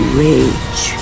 rage